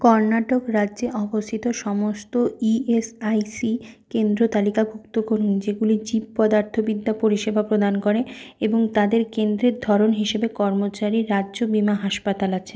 কর্ণাটক রাজ্যে অবস্থিত সমস্ত ই এস আই সি কেন্দ্র তালিকাভুক্ত করুন যেগুলো জীবপদার্থবিদ্যা পরিষেবা প্রদান করে এবং তাদের কেন্দ্রের ধরন হিসাবে কর্মচারী রাজ্য বীমা হাসপাতাল আছে